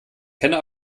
kenne